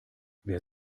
wer